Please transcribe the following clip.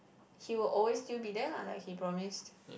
he will always still be there lah like he promised